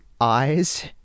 eyes